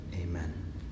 Amen